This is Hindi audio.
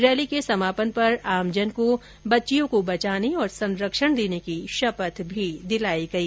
रैली के समापन पर आमजन को बच्चियों को बचाने और संरक्षण देने की शपथ भी दिलाई गई